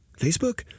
Facebook